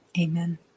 Amen